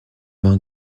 main